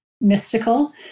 mystical